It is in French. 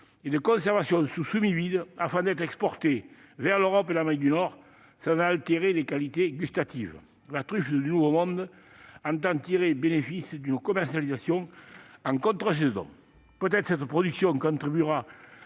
et de conservation sous semi-vide, afin d'être exportée vers l'Europe et l'Amérique du Nord, sans que ses qualités gustatives soient altérées. La truffe du Nouveau Monde entend tirer bénéfice d'une commercialisation en contre-saison. Peut-être cette production contribuera-t-elle